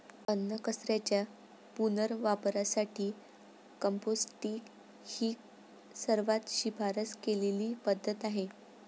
अन्नकचऱ्याच्या पुनर्वापरासाठी कंपोस्टिंग ही सर्वात शिफारस केलेली पद्धत आहे